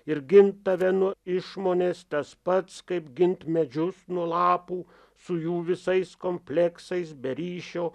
ir gint tave nuo išmonės tas pats kaip ginti medžius nuo lapų su jų visais kompleksais be ryšio